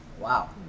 wow